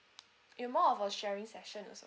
it will be more of a sharing session also